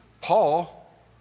paul